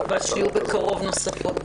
אני מקווה שיהיו בקרוב נוספות.